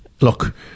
look